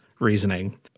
reasoning